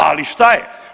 Ali šta je?